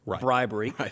bribery